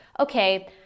Okay